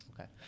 okay